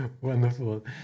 wonderful